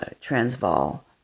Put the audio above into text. Transvaal